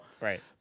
Right